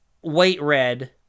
white-red